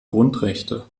grundrechte